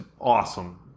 awesome